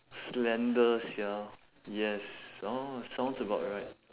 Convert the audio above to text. slender sia yes orh sounds about right